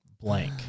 blank